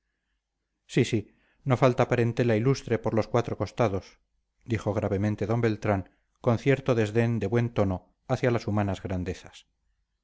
sí sí no falta parentela ilustre por los cuatro costados dijo gravemente d beltrán con cierto desdén de buen tono hacia las humanas grandezas